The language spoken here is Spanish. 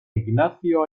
ignacio